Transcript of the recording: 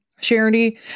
Charity